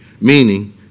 Meaning